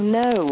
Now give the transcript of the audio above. no